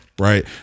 Right